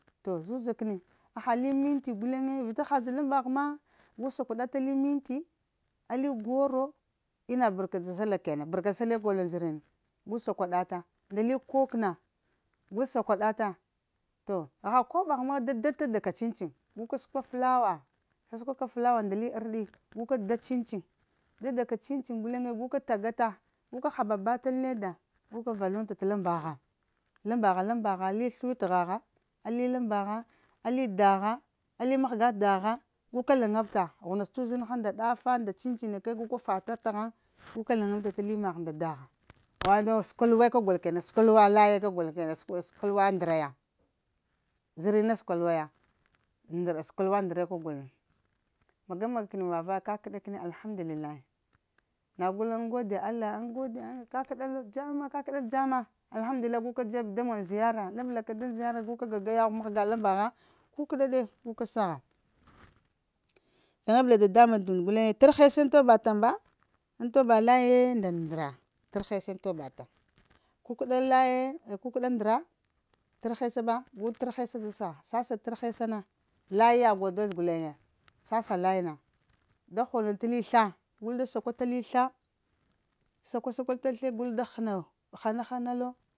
Toh zuzakani ahali minti gullenga vita aha zaddalangbaha gulleng gu shakuda tali minti alli goro en barka da sallah kenan bar a da sallehe gul nda zarini shakudat aiss toh aha koboha ma da dadata ka chin cin guka suka ta flwa sasakuka flawa ndali ardi guka da chincin dadaka chincin gulleng guka tagata guka habata an leader guka valunta anga lambaha lambaha lambaha lith iwitaha lilambaha ali daha alli mahga daha guka langabta hunaska ta uzinaha nda daffa chincinayakaya nagu maka fata tahang guka lanbta taly mahar uda ɗaha watoshakalwa ya ka gulowo shakalwa laye kagul kenan skalwa ndaraya zarini na shakalwaya ndara shakalwa ndara ka guwolo magamagakani muvavaya kaka ɗakani alhamdulilah ngul angode allah angode an kakadalowa jamma kakadal jamma alhamdulilahi nagu maka jebbe da mugwo ziyara labla ka ɗan zugara nagu maka gagata yehgwe mahga lambaha kukade guka saha langabla dandamban tundu gullen tar hesse tobbatan ba. An tobba laya nda ndara tar hesse tobbatan kuka laya kukada ndara tar hessa ba gu tar hessa da sukuha sasa tar hessana gull laya sasa layana da ghunal li tha, a gul da sakna tali tha'a sakuasaku litha. a gul da hanowo hana hanalewo